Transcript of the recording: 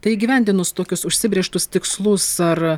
tai įgyvendinus tokius užsibrėžtus tikslus ar